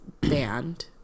band